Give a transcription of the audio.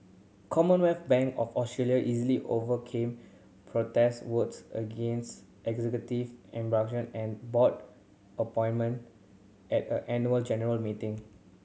Commonwealth Bank of Australia easily overcame protest votes against executive and board appointment at a annual general meeting